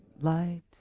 light